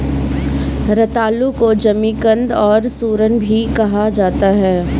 रतालू को जमीकंद और सूरन भी कहा जाता है